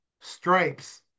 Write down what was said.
stripes